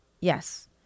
Yes